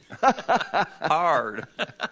hard